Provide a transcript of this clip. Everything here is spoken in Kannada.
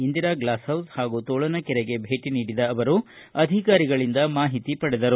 ಇಂದಿರಾ ಗ್ಲಾಸ್ ಹೌಸ್ ಹಾಗೂ ತೋಳಕೆರೆ ಭೇಟಿ ನೀಡಿದ ಅವರು ಅಧಿಕಾರಿಗಳಿಂದ ಮಾಹಿತಿ ಪಡೆದರು